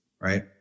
right